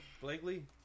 Blakely